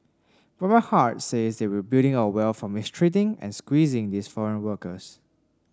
but my heart says that we're building our wealth from mistreating and squeezing these foreign workers